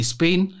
Spain